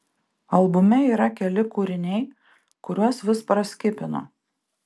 albume yra keli kūriniai kuriuos vis praskipinu